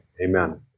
Amen